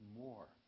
more